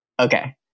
okay